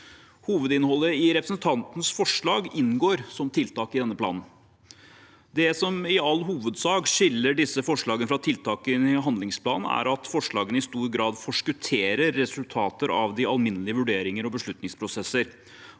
Hovedinnholdet i representantenes forslag inngår som tiltak i denne planen. Det som i all hovedsak skiller disse forslagene fra tiltakene i handlingsplanen, er at forslagene i stor grad forskutterer resultater av de alminnelige vurderinger og beslutningsprosesser